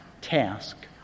task